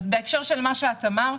אז בהקשר של מה שאת אמרת,